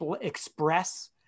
express